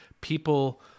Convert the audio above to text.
people